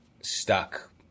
stuck